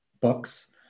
books